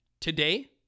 Today